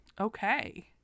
okay